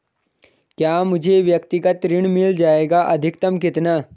क्या मुझे व्यक्तिगत ऋण मिल जायेगा अधिकतम कितना?